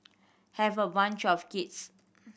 have a bunch of kids